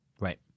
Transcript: Right